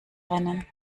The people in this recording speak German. rennen